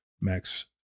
max